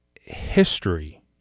history